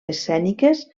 escèniques